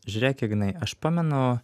žiūrėk ignai aš pamenu